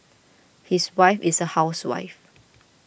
his wife is a housewife